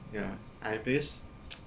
ya I because